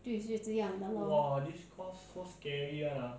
就是这样的 lor